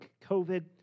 COVID